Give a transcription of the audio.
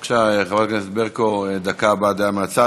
בבקשה, חברת הכנסת ברקו, דקה הבעת דעה מהצד.